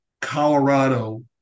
Colorado